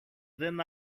δεν